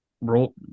roll